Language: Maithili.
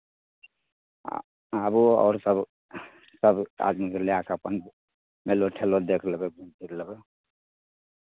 आबू आओर सभ सभ आदमीके लए कऽ अपन मेलो ठेलो देख लेबै घुरि लेबै